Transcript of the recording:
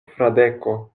fradeko